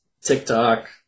TikTok